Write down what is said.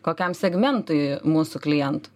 kokiam segmentui mūsų klientų